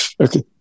Okay